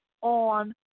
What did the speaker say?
on